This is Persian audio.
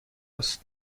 است